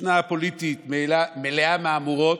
שנה פוליטית מלאה מהמורות,